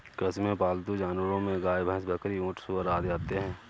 कृषि में पालतू जानवरो में गाय, भैंस, बकरी, ऊँट, सूअर आदि आते है